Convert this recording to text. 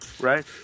right